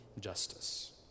justice